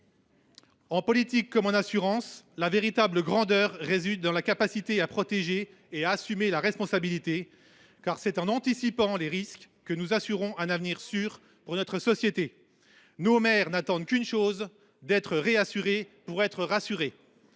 En politique comme en assurances, la véritable grandeur réside dans la capacité à protéger et à assumer la responsabilité. C’est en effet en anticipant les risques que nous assurons un avenir sûr pour notre société. Nos maires n’attendent qu’une chose : être réassurés, pour être rassurés